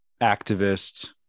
activist